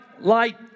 light